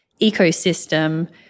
ecosystem